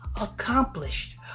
accomplished